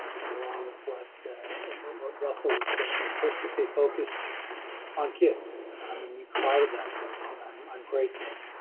kind of along with what what russell was saying, push to stay focused on kids and you provided that for me and i'm i'm grateful.